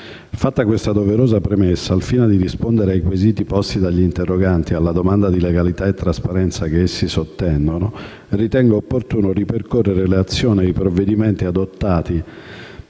Fatta questa doverosa premessa, al fine di rispondere ai quesiti posti dagli interroganti e alla domanda di legalità e trasparenza che essi sottendono, ritengo opportuno ripercorrere le azioni e i provvedimenti adottati